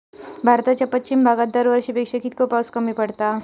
भारताच्या पश्चिम भागात दरवर्षी पेक्षा कीतको पाऊस कमी पडता?